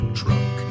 truck